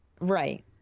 Right